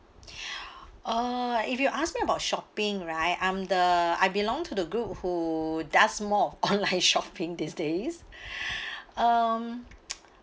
uh if you ask me about shopping right I'm the I belong to the group who does more of online shopping these days um